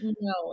no